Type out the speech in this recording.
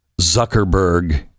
Zuckerberg